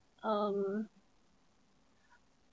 um